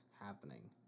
happening